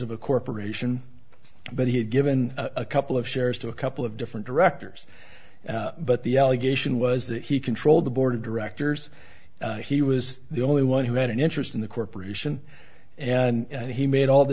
of a corporation but he had given a couple of shares to a couple of different directors but the allegation was that he controlled the board of directors he was the only one who had an interest in the corporation and he made all the